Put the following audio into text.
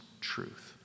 truth